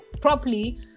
properly